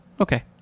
okay